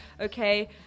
okay